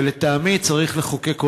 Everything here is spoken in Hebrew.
ולטעמי צריך לחוקק אולי,